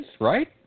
right